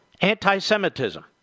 anti-Semitism